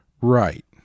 Right